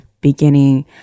beginning